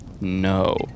No